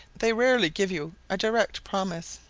they rarely give you a direct promise.